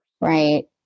right